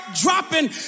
dropping